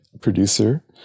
producer